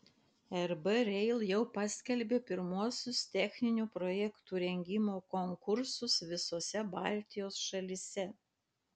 rb rail jau paskelbė pirmuosius techninių projektų rengimo konkursus visose baltijos šalyse